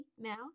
now